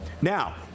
now